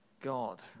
God